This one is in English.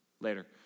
later